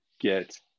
get